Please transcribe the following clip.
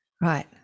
right